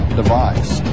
device